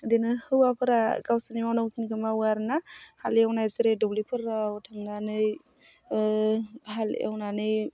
बिदिनो हौवाफोरा गावसोरनि मावनांगौ खिनिखौ मावो आरो ना हालेवनाय जेरै दुब्लिफोराव थांनानै हाल एवनानै